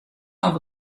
haw